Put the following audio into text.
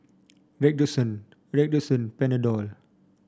Redoxon Redoxon Panadol